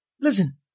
Listen